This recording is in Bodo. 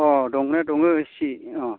अह दङ दङ इसे